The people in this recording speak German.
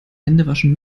händewaschen